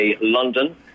London